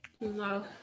no